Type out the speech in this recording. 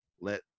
let